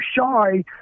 shy